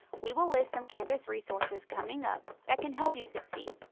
we will list some campus resources coming up that can help you succeed.